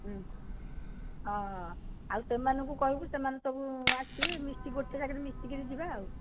ହଁ ଆଉ ସେମାନଙ୍କୁ କହିବୁ ସେମାନେ ସବୁ ଆସିବେ ମିଶି ଗୋଟେ ଗାଡ଼ିରେ ମିଶିକରି ଯିବା ଆଉ